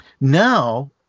Now